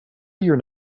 your